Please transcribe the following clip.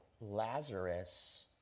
Lazarus